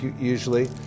usually